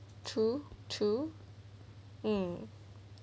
to to um